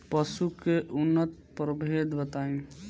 पशु के उन्नत प्रभेद बताई?